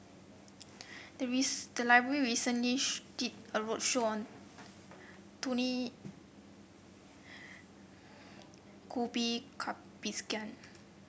the the library recently did a roadshow on Tony Khoo Cai Bixia